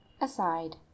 aside